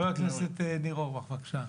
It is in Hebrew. חבר הכנסת ניר אורבך, בבקשה.